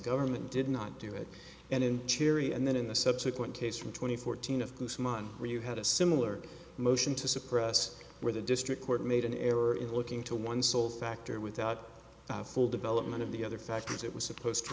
government did not do it and in cherry and then in the subsequent case from twenty fourteen of koosman where you had a similar motion to suppress where the district court made an error in looking to one sole factor without the full development of the other factors it was supposed to